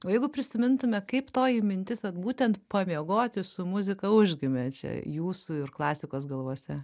o jeigu prisimintume kaip toji mintis vat būtent pamiegoti su muzika užgimė čia jūsų ir klasikos galvose